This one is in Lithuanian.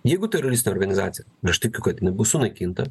jeigu teroristinė organizacija aš tikiu kad jinai bus sunaikinta